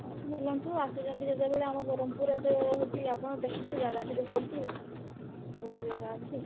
ହଉ ବୁଲନ୍ତୁ ଆସିଛନ୍ତି ଯେତେବେଳେ ଆମ ବ୍ରହ୍ମପୁର ଏବେ ହେଉଛି ଆପଣ ଦେଖନ୍ତୁ ଜାଗା ବି ଦେଖନ୍ତୁ ବହୁତ ଜାଗା ଅଛି